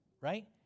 right